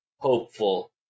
Hopeful